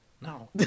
No